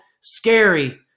scary